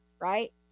right